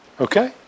Okay